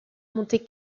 monte